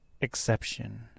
exception